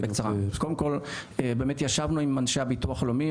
קודם כל באמת ישבנו עם אנשי הביטוח הלאומי,